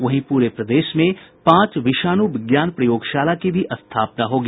वहीं पूरे प्रदेश में पांच विषाणु विज्ञान प्रयोगशाला की भी स्थापना होगी